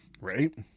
Right